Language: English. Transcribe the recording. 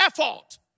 effort